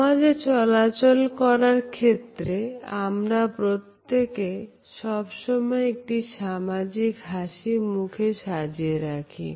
সমাজে চলাচল করার ক্ষেত্রে আমরা প্রত্যেকে সব সময় একটি সামাজিক হাসি মুখে সাজিয়ে রাখি